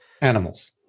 animals